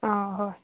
ꯑꯥ ꯍꯣꯏ